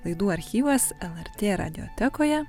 laidų archyvas lrt radiotekoje